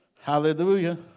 Hallelujah